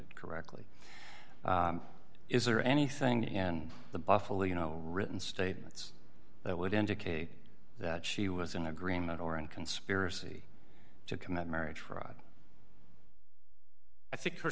it correctly is there anything and the buffalo you know written statements that would indicate that she was in agreement or in conspiracy to commit marriage fraud i think